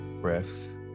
breaths